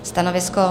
Stanovisko?